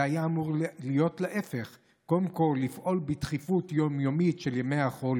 זה היה אמור להיות להפך: קודם כול לפעול בדחיפות יום-יומית של ימי החול,